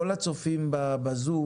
כל הצופים בזום